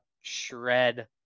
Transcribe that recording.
shred